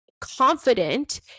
confident